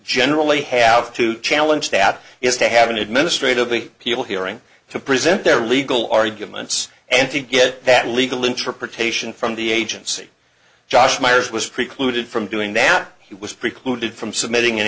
generally have to challenge that is to have an administrative me people hearing to present their legal arguments and to get that legal interpretation from the agency josh myers was precluded from doing that he was precluded from submitting an